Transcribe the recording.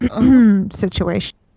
situation